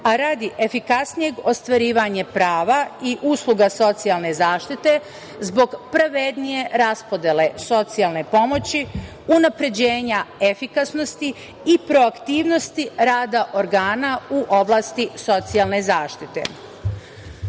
a radi efikasnijeg ostvarivanja prava i usluga socijalne zaštite, zbog pravednije raspodele socijalne pomoći, unapređenja efikasnosti i proaktivnosti rada organa u oblasti socijalne zaštite. Ko